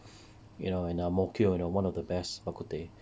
you know in ang mo kio you know one of the best bak kut teh